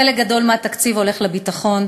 חלק גדול מהתקציב הולך לביטחון,